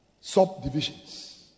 subdivisions